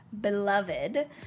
beloved